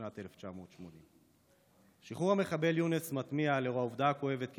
בשנת 1980. שחרור המחבל יונס מתמיה לאור העובדה הכואבת כי